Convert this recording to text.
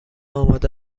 آماده